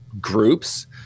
groups